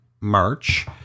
march